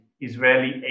Israeli